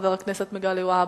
חבר הכנסת מגלי והבה.